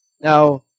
Now